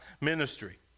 ministry